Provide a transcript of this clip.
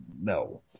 no